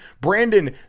Brandon